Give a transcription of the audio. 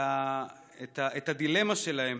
את הדילמה שלהם,